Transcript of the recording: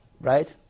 Right